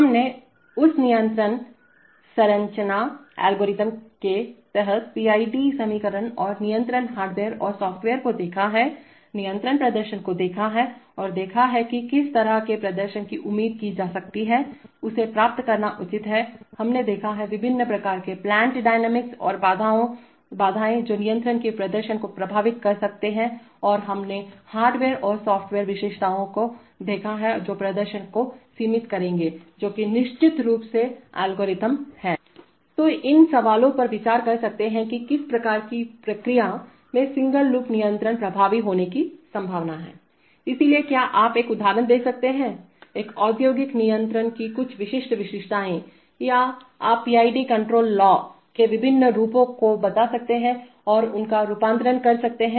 हमने उस नियंत्रण संरचना एल्गोरिदम के तहत पीआईडी समीकरण और नियंत्रण हार्डवेयर और सॉफ्टवेयर को देखा हैनियंत्रण प्रदर्शन को देखा है और देखा है कि किस तरह के प्रदर्शन की उम्मीद की जा सकती है इसे प्राप्त करना उचित है हमने देखा है विभिन्न प्रकार के प्लांट डायनेमिक्स और बाधाएं जो नियंत्रण के प्रदर्शन को प्रभावित कर सकते हैं और हमने हार्डवेयर और सॉफ़्टवेयर विशेषताओं को देखा है जो प्रदर्शन को सीमित करेंगे जो कि निश्चित रूप से एल्गोरिदम है तो आप इन सवालों पर विचार कर सकते हैं कि किस प्रकार की प्रक्रियाओं में सिंगल लूप नियंत्रण प्रभावी होने की संभावना है इसलिए क्या आप एक उदाहरण दे सकते हैं एक औद्योगिक नियंत्रक की कुछ विशिष्ट विशेषताएं या आप पीआईडी कण्ट्रोल लॉ के विभिन्न रूपों को बता सकते हैं औरउनका रूपांतरण कर सकते हैं